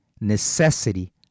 necessity